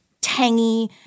tangy